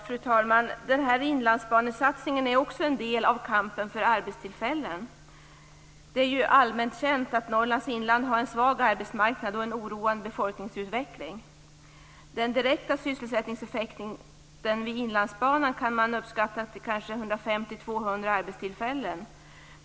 Fru talman! Inlandsbanesatsningen är också en del av kampen för arbetstillfällen. Det är allmänt känt att Norrlands inland har en svag arbetsmarknad och en oroande befolkningsutveckling. Den direkta sysselsättningseffekten vid Inlandsbanan kan man kanske uppskatta till 150-200 arbetstillfällen.